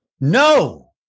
No